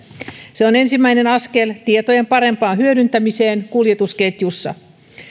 se on ensimmäinen askel tietojen parempaan hyödyntämiseen kuljetusketjussa